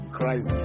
Christ